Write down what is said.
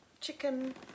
chicken